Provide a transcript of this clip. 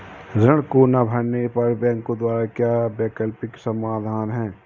ऋण को ना भरने पर बैंकों द्वारा क्या वैकल्पिक समाधान हैं?